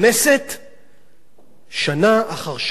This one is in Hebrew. שנה אחר שנה נפתחת שנת הלימודים,